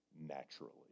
naturally